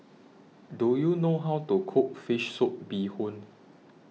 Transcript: Do YOU know How to Cook Fish Soup Bee Hoon